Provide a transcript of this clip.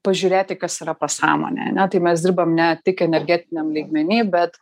pažiūrėti kas yra pasąmonėj ane tai mes dirbam ne tik energetiniam lygmeny bet